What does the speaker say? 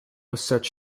such